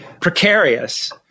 precarious